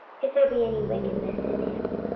if there be any wickedness in him.